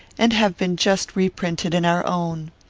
and have been just reprinted in our own.